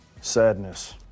Sadness